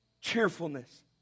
cheerfulness